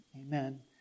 amen